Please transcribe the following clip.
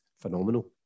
phenomenal